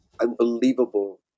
unbelievable